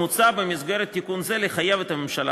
מוצע במסגרת תיקון זה לחייב את הממשלה,